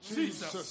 Jesus